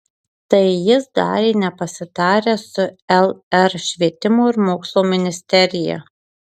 tai jis darė nepasitaręs su lr švietimo ir mokslo ministerija